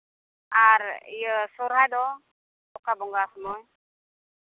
ᱟᱨ ᱤᱭᱟᱹ ᱥᱚᱦᱨᱟᱭ ᱫᱚ ᱚᱠᱟ ᱵᱚᱸᱜᱟ ᱥᱚᱢᱚᱭ